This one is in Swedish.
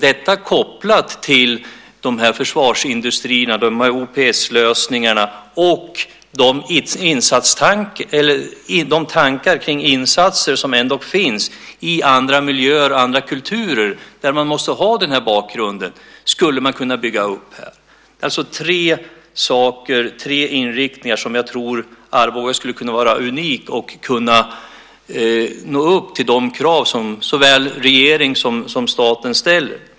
Detta kopplat till försvarsindustrierna, OPS-lösningarna och de tankar kring insatser som ändock finns i andra miljöer och andra kulturer där man måste ha den bakgrunden skulle man kunna bygga upp här. Det är alltså tre inriktningar där jag tror Arboga skulle kunna vara unikt och kunna nå upp till de krav som såväl regering som staten ställer.